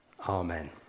Amen